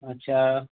अच्छा